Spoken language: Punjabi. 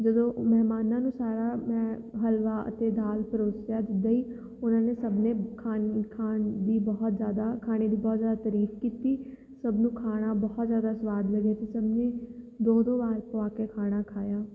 ਜਦੋਂ ਮਹਿਮਾਨਾਂ ਨੂੰ ਸਾਰਾ ਮੈਂ ਹਲਵਾ ਅਤੇ ਦਾਲ ਪਰੋਸਿਆ ਜਿੱਦਾਂ ਹੀ ਉਹਨਾਂ ਨੇ ਸਭ ਨੇ ਖਾਣ ਖਾਣ ਦੀ ਬਹੁਤ ਜ਼ਿਆਦਾ ਖਾਣੇ ਦੀ ਬਹੁਤ ਜ਼ਿਆਦਾ ਤਾਰੀਫ ਕੀਤੀ ਸਭ ਨੂੰ ਖਾਣਾ ਬਹੁਤ ਜ਼ਿਆਦਾ ਸਵਾਦ ਲੱਗਿਆ ਅਤੇ ਸਭ ਨੇ ਦੋ ਦੋ ਵਾਰ ਪਵਾ ਕੇ ਖਾਣਾ ਖਾਇਆ